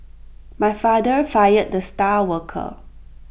my father fired the star worker